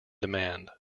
demand